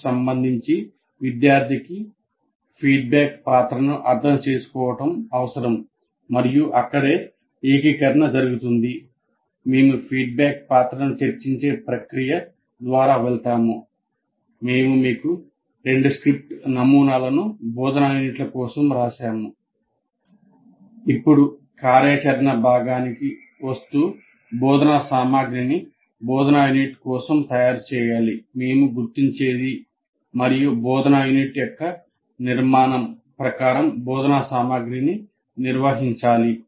కార్యాచరణ యాంప్లిఫైయర్ మేము మీకు రెండుస్క్రిప్ట్ నమూనాలను బోధనా యూనిట్ల కోసం రాశాము ఇప్పుడు కార్యాచరణ భాగానికి వస్తూ బోధనా సామగ్రిని బోధనా యూనిట్ కోసం తయారుచేయాలి మేము గుర్తించేది మరియు బోధనా యూనిట్ యొక్క నిర్మాణం ప్రకారం బోధనా సామగ్రిని నిర్వహించాలి